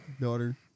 daughter